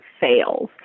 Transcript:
fails